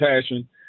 passion